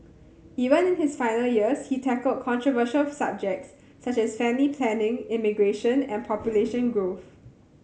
even in his final years he tackled controversial subjects such as family planning immigration and population growth